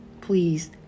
Please